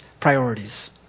priorities